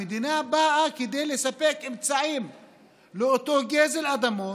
המדינה באה כדי לספק אמצעים לאותו גזל אדמות,